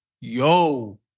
yo